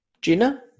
Gina